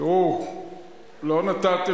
אתם לקחתם